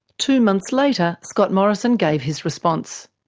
two months later, scott morrison gave his response.